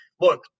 look